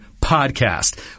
podcast